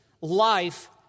life